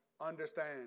understand